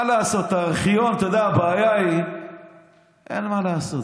מה לעשות, אתה יודע, הבעיה היא שאין מה לעשות,